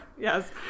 Yes